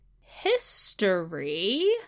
history